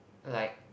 like